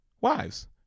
Wives